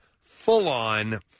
full-on